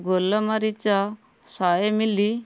ଗୋଲମରିଚ ଶହେ ମିଲି